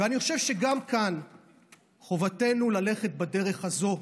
ואני חושב שגם כאן חובתנו ללכת בדרך הזו,